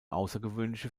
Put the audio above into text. außergewöhnliche